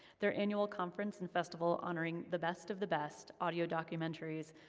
their annual conference and festival honoring the best of the best audio documentaries,